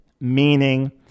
meaning